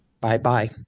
Bye-bye